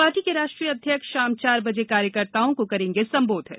party के राष्ट्रीय अध्यक्ष शाम चार बजे कार्यकर्ताओं को करेंगे संबोधित